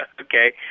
Okay